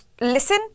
listen